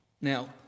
Now